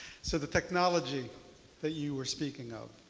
so the technology that you were speaking of,